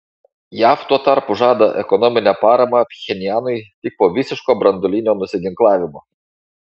jav tuo tarpu žada ekonominę paramą pchenjanui tik po visiško branduolinio nusiginklavimo